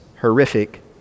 horrific